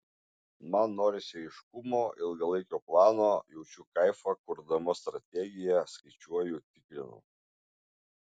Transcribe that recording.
man norisi aiškumo ilgalaikio plano jaučiu kaifą kurdama strategiją skaičiuoju tikrinu